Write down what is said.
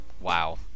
wow